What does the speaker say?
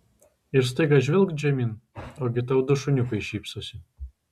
ir staiga žvilgt žemyn ogi tau du šuniukai šypsosi